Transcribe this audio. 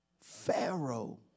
Pharaoh